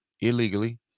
illegally